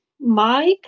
Mike